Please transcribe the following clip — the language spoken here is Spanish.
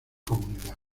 comunidad